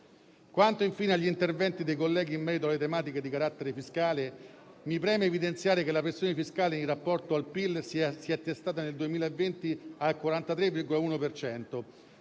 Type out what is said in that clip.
Quanto, infine, agli interventi dei colleghi in merito alle tematiche di carattere fiscale, mi preme evidenziare che la pressione fiscale in rapporto al Pil si è attestata nel 2020 al 43,1